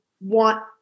want